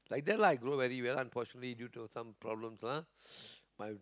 like that lah I grow very well unfortunately due to some problems lah my